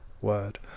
word